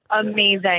Amazing